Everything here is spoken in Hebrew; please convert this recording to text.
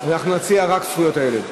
אנחנו נציע רק זכויות הילד.